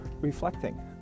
reflecting